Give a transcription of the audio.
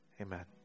amen